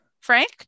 Frank